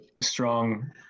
strong